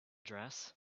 dress